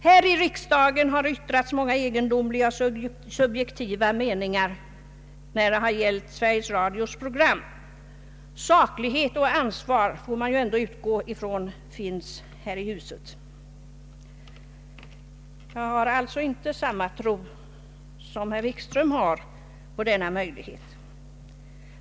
Här i riksdagen har yttrats många egendomliga och subjektiva meningar beträffande Sveriges Radios program, och man får ändå utgå från att saklighet och ansvar finns här i huset. Jag har alltså inte samma tro på denna möjlighet som herr Wikström.